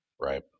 right